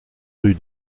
rue